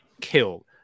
kill